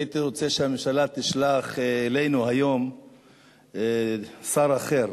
הייתי רוצה שהממשלה תשלח אלינו היום שר אחר.